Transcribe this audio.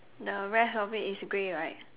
the rest of it is grey right